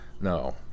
no